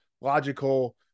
logical